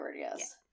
yes